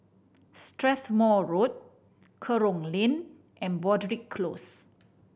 Strathmore Road Kerong Lane and Broadrick Close